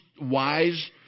wise